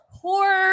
poor